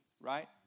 right